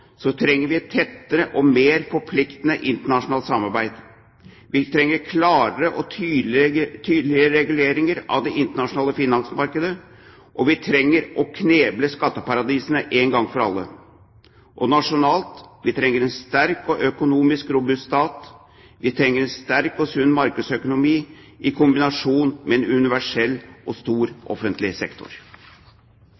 vi trenger et tettere og mer forpliktende internasjonalt samarbeid. Vi trenger klarere og tydeligere reguleringer av det internasjonale finansmarkedet, og vi trenger å kneble skatteparadisene én gang for alle. Og nasjonalt: Vi trenger en sterk og økonomisk robust stat, vi trenger en sterk og sunn markedsøkonomi i kombinasjon med en universell og stor